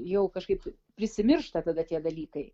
jau kažkaip prisimiršta tada tie dalykai